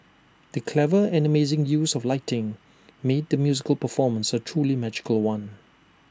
the clever and amazing use of lighting made the musical performance A truly magical one